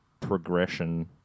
progression